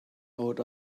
out